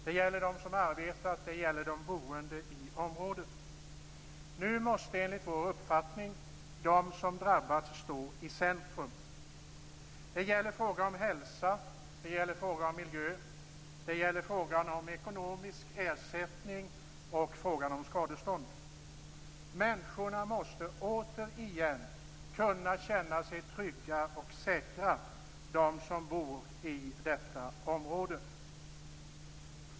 Det gäller dem som arbetat där och de boende i området. Nu måste enligt vår uppfattning de som drabbats stå i centrum. Det gäller frågan om hälsa, frågan om miljön, frågan om ekonomisk ersättning och frågan om skadestånd. De människor som bor i detta område måste återigen kunna känna sig trygga och säkra.